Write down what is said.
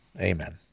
Amen